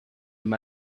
him